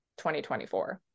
2024